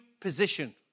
position